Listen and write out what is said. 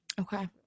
Okay